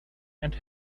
and